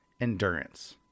endurance